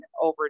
over